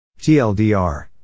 TLDR